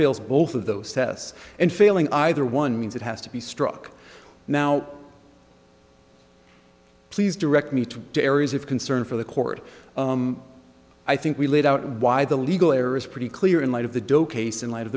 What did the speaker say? feels both of those tests and failing either one means it has to be struck now please direct me to the areas of concern for the court i think we laid out why the legal error is pretty clear in light of the doe case in light of